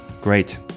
Great